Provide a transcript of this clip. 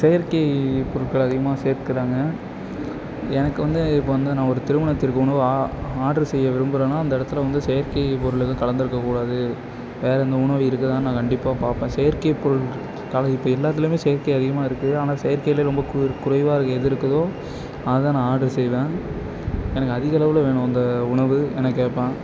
செயற்கை பொருட்கள் அதிகமாக சேர்க்கிறாங்க எனக்கு வந்து இப்போ வந்து நான் ஒரு திருமணத்திற்கு உணவு ஆ ஆர்ட்ரு செய்ய விரும்புகிறன்னா அந்த இடத்துல வந்து செயற்கை பொருள் எதுவும் கலந்துருக்க கூடாது வேறு எந்த உணவும் இருக்குதான்னு நான் கண்டிப்பாக பார்ப்பேன் செயற்கை பொருள் கல இப்போ எல்லாத்துலேயுமே செயற்கை அதிகமாக இருக்குது ஆனால் செயற்கையிலேயே ரொம்ப கு குறைவாக எது இருக்குதோ அதை நான் ஆர்ட்ரு செய்வேன் எனக்கு அதிகளவில் வேணும் அந்த உணவு என கேட்பேன்